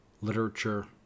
literature